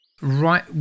right